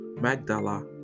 Magdala